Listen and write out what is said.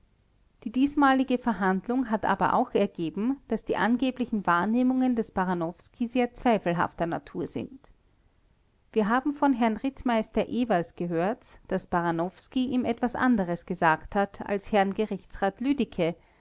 die diesmalige verhandlung hat aber auch ergeben daß die angeblichen wahrnehmungen des baranowski sehr zweifelhafter natur sind wir haben von herrn rittmeister ewers gehört daß baranowski ihm etwas anderes gesagt hat als herrn gerichtsrat lüdicke